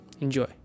Enjoy